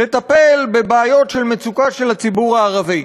לטפל בבעיות של מצוקה של הציבור הערבי,